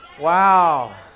Wow